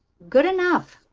good enough.